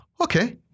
okay